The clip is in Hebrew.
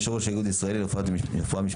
יושב-ראש האיגוד הישראלי לרפואת המשפחה.